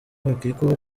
bakekwaho